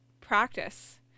practice